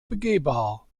begehbar